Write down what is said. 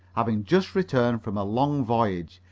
having just returned from a long voyage,